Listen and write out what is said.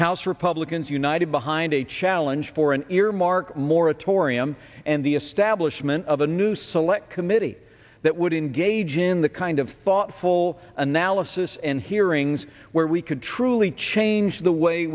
house republicans united behind a challenge for an earmark moratorium and the establishment of a new select committee that would engage in the kind of thoughtful analysis and hearings where we could truly change the way